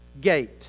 gate